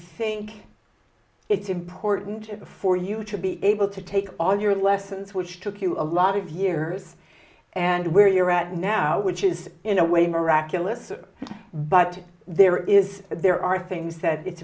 think it's important to before you to be able to take all your lessons which took you a lot of years and where you're at now which is in a way miraculous but there is there are things that it's